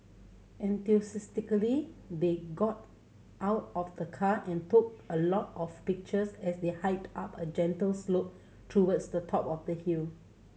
enthusiastically they got out of the car and took a lot of pictures as they hiked up a gentle slope towards the top of the hill